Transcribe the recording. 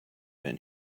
been